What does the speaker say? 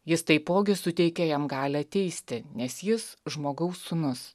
jis taipogi suteikė jam galią teisti nes jis žmogaus sūnus